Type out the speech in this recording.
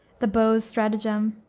the beaux' stratagem,